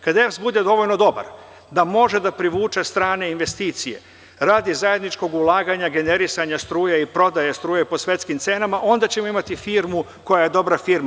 Kada EPS bude dovoljno dobar da može da privuče strane investicije radi zajedničkog ulaganja, generisanja struje i prodaje struje po svetskim cenama, onda ćemo imati firmu koja je dobra firma.